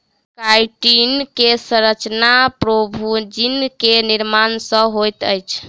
chitin के संरचना प्रोभूजिन के निर्माण सॅ होइत अछि